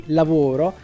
lavoro